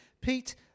Pete